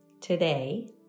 Today